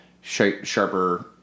sharper